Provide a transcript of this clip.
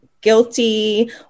guilty